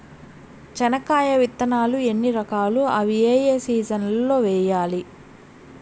చెనక్కాయ విత్తనాలు ఎన్ని రకాలు? అవి ఏ ఏ సీజన్లలో వేయాలి?